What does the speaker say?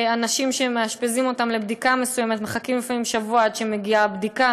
שאנשים שמאשפזים אותם לבדיקה מסוימת מחכים לפעמים שבוע עד הבדיקה.